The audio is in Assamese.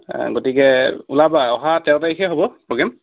গতিকে ওলাবা অহা তেৰ তাৰিখে হ'ব প্ৰ'গ্ৰেম